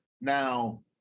now